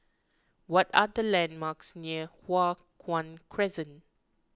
what are the landmarks near Hua Guan Crescent